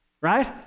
right